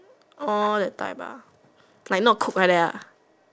orh that type ah like not cook like that ah